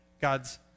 God's